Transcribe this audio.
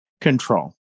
control